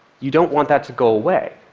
you don't want that to go away.